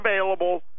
available